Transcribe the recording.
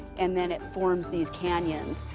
and then it forms these canyons.